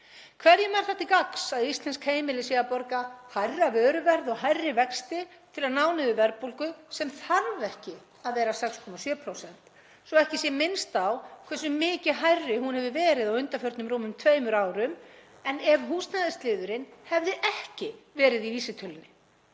Hverjum er það til gagns að íslensk heimili séu að borga hærra vöruverð og hærri vexti til að ná niður verðbólgu sem þarf ekki að vera 6,7%, svo að ekki sé minnst á hversu mikið hærri hún hefur verið á undanförnum rúmum tveimur árum en ef húsnæðisliðurinn hefði ekki verið í vísitölunni?